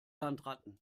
landratten